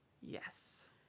yes